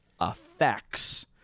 effects